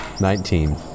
Nineteen